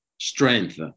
strength